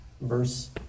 Verse